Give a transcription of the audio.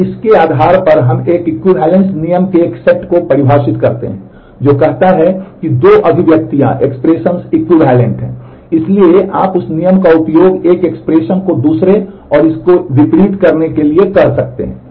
तो इसके आधार पर हम एक एक्विवैलेन्स को दूसरे और इसके विपरीत करने के लिए कर सकते हैं